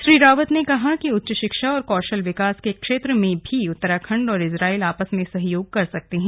श्री रावत ने कहा कि उच्च शिक्षा और कौशल विकास के क्षेत्र में भी उत्तराखण्ड और इजरायल आपस में सहयोग कर सकते हैं